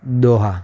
Doha